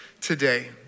today